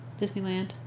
Disneyland